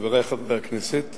חברי חברי הכנסת,